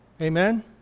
Amen